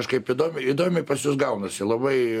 kažkaip įdomiai įdomiai pas jus gaunasi labai